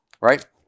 right